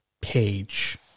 page